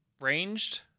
ranged